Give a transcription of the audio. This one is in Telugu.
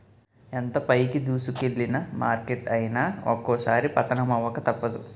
ఎంత పైకి దూసుకెల్లిన మార్కెట్ అయినా ఒక్కోసారి పతనమవక తప్పదు